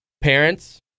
Parents